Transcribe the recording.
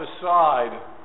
aside